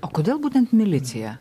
o kodėl būtent milicija